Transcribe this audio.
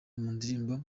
indirimbo